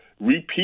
repeat